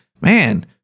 man